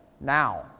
now